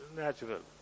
natural